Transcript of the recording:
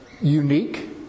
unique